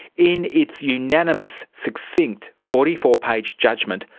in its unanimous, succinct forty four page judgement,